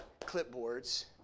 clipboards